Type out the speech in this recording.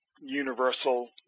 Universal